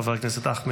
חבר הכנסת ווליד טאהא,